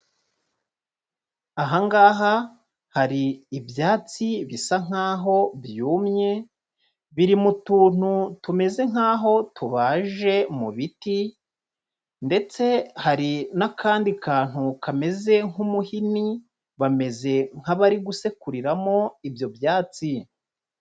Aha ngaha hari ibyatsi bisa nk'aho byumye, biri mu tuntu tumeze nk'aho tubaje mu biti ndetse hari n'akandi kantu kameze nk'umuhini, bameze nk'abari gusekuriramo ibyo byatsi.